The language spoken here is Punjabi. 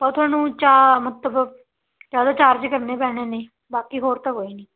ਉਹ ਤੁਹਾਨੂੰ ਚਾ ਮਤਲਬ ਜ਼ਿਆਦਾ ਚਾਰਜ ਕਰਨੇ ਪੈਣੇ ਨੇ ਬਾਕੀ ਹੋਰ ਤਾਂ ਕੋਈ ਨਹੀਂ